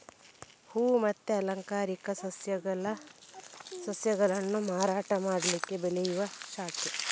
ಹೂವು ಮತ್ತೆ ಅಲಂಕಾರಿಕ ಸಸ್ಯಗಳನ್ನ ಮಾರಾಟ ಮಾಡ್ಲಿಕ್ಕೆ ಬೆಳೆಯುವ ಶಾಖೆ